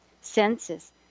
senses